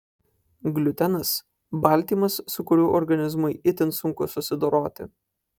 gliutenas baltymas su kuriuo organizmui itin sunku susidoroti